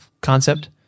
concept